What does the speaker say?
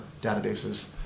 databases